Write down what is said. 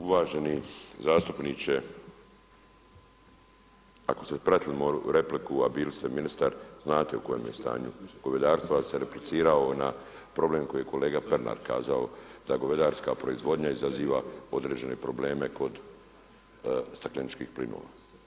Uvaženi zastupniče, ako ste pratili moju repliku a bili ste ministar, znate u kojem je stanju govedarstvo ali sam replicirao na problem koji je kolega Pernar kazao da govedarska proizvodnja izaziva određene probleme kod stakleničkih plinova.